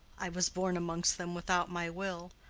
i was born amongst them without my will.